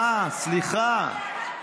מה, סליחה?